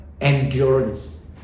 endurance